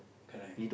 correct